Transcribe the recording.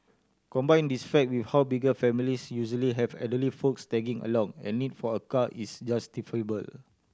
combine this fact with how bigger families usually have elderly folks tagging along a need for a car is justifiable